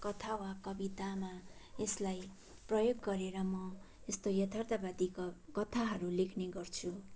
कथा वा कवितामा यसलाई प्रयोग गरेर म यस्तो यथार्थवादी कथाहरू लेख्ने गर्छु